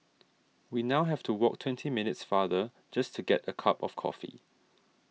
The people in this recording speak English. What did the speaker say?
we now have to walk twenty minutes farther just to get a cup of coffee